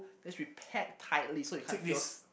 just repack tightly so you can't feels